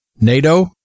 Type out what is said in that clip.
NATO